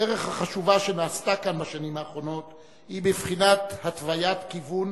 הדרך החשובה שנעשתה כאן בשנים האחרונות היא בבחינת התוויית כיוון